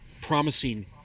promising